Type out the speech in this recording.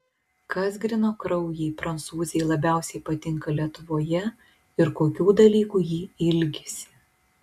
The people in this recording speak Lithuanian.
kas grynakraujei prancūzei labiausiai patinka lietuvoje ir kokių dalykų ji ilgisi